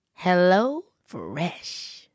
HelloFresh